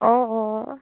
অঁ অঁ